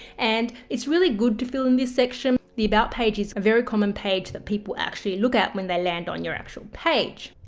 and it's really good to fill in this section because the about page is a very common page that people actually look at when they land on your actual page.